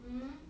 eh